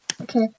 Okay